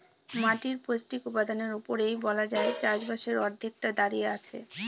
মাটির পৌষ্টিক উপাদানের উপরেই বলা যায় চাষবাসের অর্ধেকটা দাঁড়িয়ে আছে